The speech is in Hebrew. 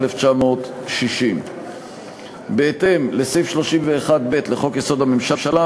התש"ך 1960. בהתאם לסעיף 31(ב) לחוק-יסוד: הממשלה,